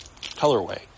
colorway